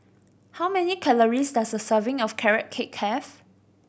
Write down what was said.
how many calories does a serving of Carrot Cake have